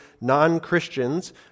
non-Christians